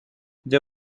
they